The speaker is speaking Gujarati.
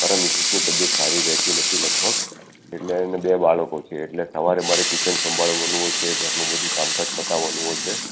મારા મિસિસની તબિયત સારી રહેતી નથી લગભગ એટલે અને બે બાળકો છે એટલે સવારે મારે કિચન સાંભળવાનું હોય છે ઘરનું બધું કામકાજ પતાવવાનું હોય છે